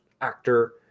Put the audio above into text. actor